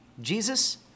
Jesus